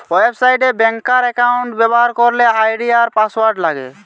website এ ব্যাংকার account ব্যবহার করলে আই.ডি আর পাসওয়ার্ড লাগে